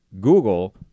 Google